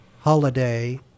holiday